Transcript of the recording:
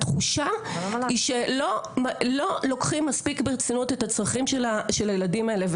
התחושה היא שלא לוקחים מספיק ברצינות את הצרכים של הילדים האלה,